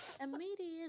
Immediately